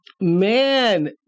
Man